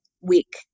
week